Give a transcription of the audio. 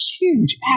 huge